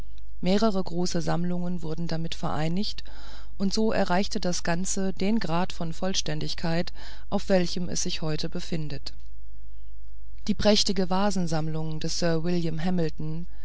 mehrere große sammlungen wurden damit vereinigt und so erreichte das ganze den grad von vollständigkeit auf welchem es sich heute befindet die prächtige vasensammlung des sir william hamilton